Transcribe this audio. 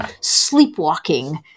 sleepwalking